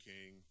King